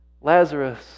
Lazarus